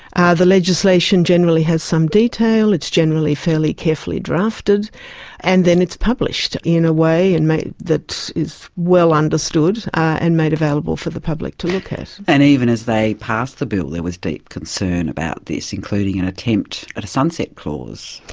ah the legislation generally has some detail, it's generally fairly carefully drafted and then it's published in a way and that is well understood and made available for the public to look at. and even as they passed the bill there was deep concern about this, including an attempt at a sunset clause.